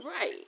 Right